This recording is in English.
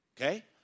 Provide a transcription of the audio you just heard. Okay